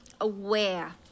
aware